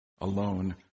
Alone